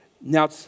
Now